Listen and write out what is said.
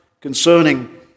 concerning